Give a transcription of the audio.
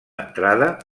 entrada